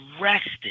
arrested